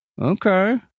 Okay